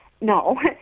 No